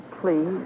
Please